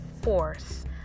force